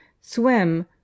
Swim